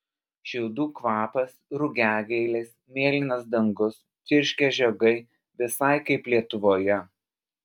šiaudų kvapas rugiagėlės mėlynas dangus čirškia žiogai visai kaip lietuvoje